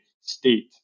state